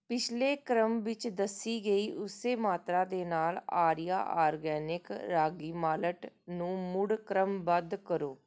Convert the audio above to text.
ਪਿਛਲੇ ਕ੍ਰਮ ਵਿੱਚ ਦੱਸੀ ਗਈ ਉਸੇ ਮਾਤਰਾ ਦੇ ਨਾਲ ਆਰੀਆ ਆਰਗੈਨਿਕ ਰਾਗੀ ਮਾਲਟ ਨੂੰ ਮੁੜ ਕ੍ਰਮਬੱਧ ਕਰੋ